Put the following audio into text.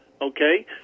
Okay